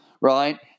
right